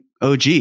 OG